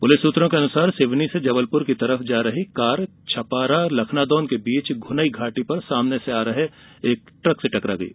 police सूत्रों के अनुसार सिवनी से जबलपुर की ओर जा रही कार छपारा लखनादौन के बीच घुनई घाटी पर सामने से आ रहे एक ट्रक से टकरा गयी